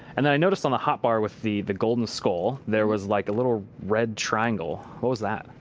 and i noticed on the hot bar with the the golden skull, there was like a little red triangle. what was that?